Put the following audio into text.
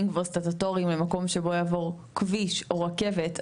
סטטוטוריים במקום שבו יעבור כביש או רכבת,